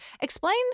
Explain